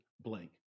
blank